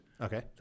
Okay